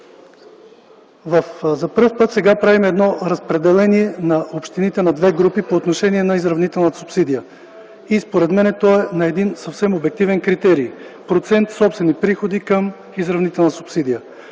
За пръв път сега правим разпределение на общините на две групи по отношение на изравнителната субсидия. Според мен то е на съвсем обективен критерий – процент собствени приходи към изравнителна субсидия.